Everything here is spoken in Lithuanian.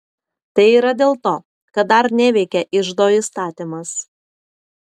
tai yra dėl to kad dar neveikia iždo įstatymas